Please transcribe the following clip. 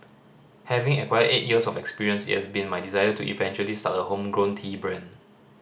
having acquired eight years of experience it has been my desire to eventually start a homegrown tea brand